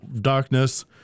darkness